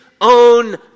own